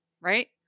Right